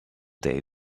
they